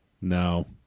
No